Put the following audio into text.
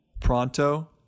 Pronto